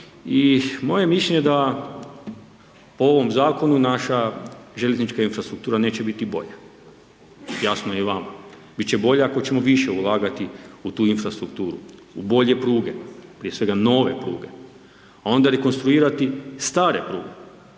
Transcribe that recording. moje mišljenje je da u ovom zakonu naša željeznička infrastruktura neće biti bolja. Jasno je i vama, biti će bolja ako ćemo više ulagati u tu infrastrukturu, u bolje pruge, prije svega nove pruge, a onda rekonstruirati stare pruge.